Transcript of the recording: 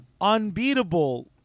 unbeatable